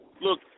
look